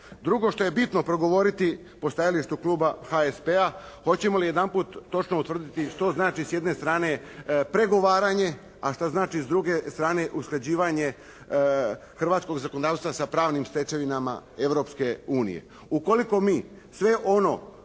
Drugo što je bitno progovoriti po stajalištu kluba HSP-a hoćemo li jedanput točno utvrditi što znači s jedne strane pregovaranje, a šta znači s druge strane usklađivanje hrvatskog zakonodavstva sa pravnim stečevinama Europske unije. Ukoliko mi sve ono